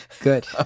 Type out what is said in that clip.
Good